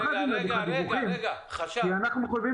לא חייבים להעביר לך דיווחים כי אנחנו מחויבים